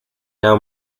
now